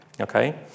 Okay